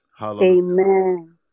amen